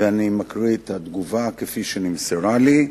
ואני מקריא את התגובה כפי שנמסרה לי,